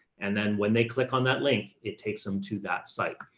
and then when they click on that link, it takes them to that site.